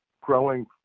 growing